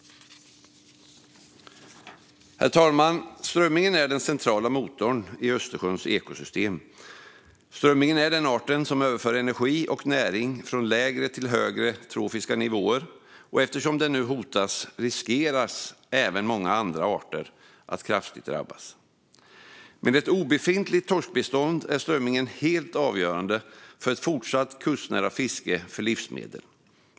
Herr talman! Strömmingen är den centrala motorn i Östersjöns ekosystem. Strömmingen är den art som överför energi och näring från lägre till högre trofiska nivåer. Eftersom den nu hotas riskerar även många andra arter att kraftigt drabbas. Med ett obefintligt torskbestånd är strömmingen helt avgörande för ett fortsatt kustnära fiske för livsmedel.